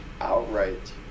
outright